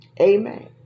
Amen